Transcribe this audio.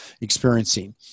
experiencing